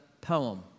poem